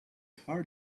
hard